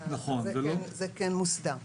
וזה כן מוסדר.